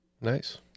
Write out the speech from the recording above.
Nice